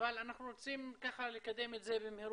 אבל אנחנו רוצים לקדם את זה במהירות,